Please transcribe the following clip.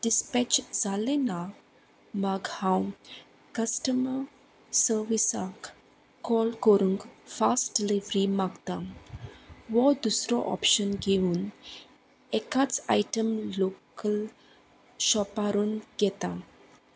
dispatch जालें ना म्हाका हांव कस्टमर सर्विसाक कॉल करूंक फास्ट डिलिवरी मागतां हो दुसरो ऑप्शन घेवन एकाच आयटम लोकल शॉपारून घेता